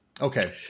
Okay